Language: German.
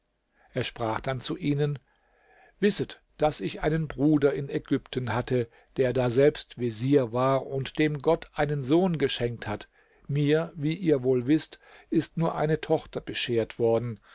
er sprach dann zu ihnen wisset daß ich einen bruder in ägypten hatte der daselbst vezier war und dem gott einen sohn geschenkt hat mir wie ihr wohl wißt ist nur eine tochter beschert worden